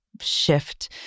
shift